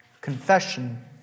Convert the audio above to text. confession